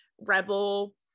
rebel